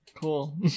Cool